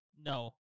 no